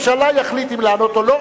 ראש הממשלה יחליט אם לענות או לא.